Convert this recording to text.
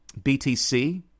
BTC